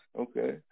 Okay